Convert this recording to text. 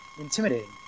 intimidating